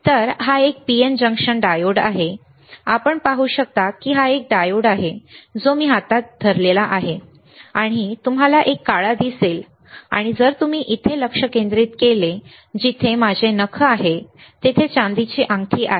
तर हा एक PN जंक्शन डायोड आहे आपण पाहू शकता की हा एक डायोड आहे जो मी माझ्या हातात धरला आहे आणि तुम्हाला एक काळा दिसेल आणि जर तुम्ही इथेच लक्ष केंद्रित केलेत जेथे माझे नखे इथे आहेत तेथे चांदीची अंगठी आहे